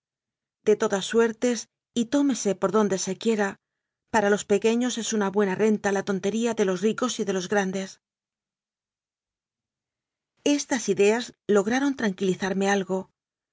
de todas suertes y tómese por donde se quiera para los pequeños es una buena renta la tontería de los ri cos y de los grandes estas ideas lograron tranquilizarme algo